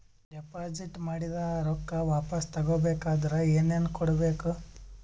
Deposit ಮಾಡಿದ ರೊಕ್ಕ ವಾಪಸ್ ತಗೊಬೇಕಾದ್ರ ಏನೇನು ಕೊಡಬೇಕು?